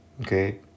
Okay